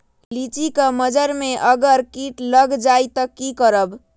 लिचि क मजर म अगर किट लग जाई त की करब?